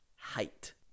Height